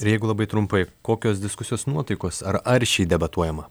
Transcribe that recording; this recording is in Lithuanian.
ir jeigu labai trumpai kokios diskusijos nuotaikos ar aršiai debatuojama